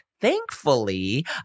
Thankfully